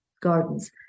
gardens